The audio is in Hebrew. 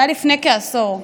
זה היה לפני כעשור.